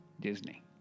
Disney